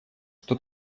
что